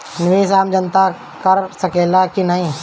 निवेस आम जनता कर सकेला की नाहीं?